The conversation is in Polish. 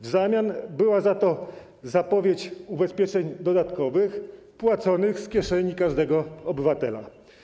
W zamian była zapowiedź ubezpieczeń dodatkowych płaconych z kieszeni każdego obywatela.